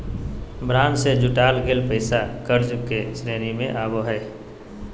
bond से जुटाल गेल पैसा कर्ज के श्रेणी में आवो हइ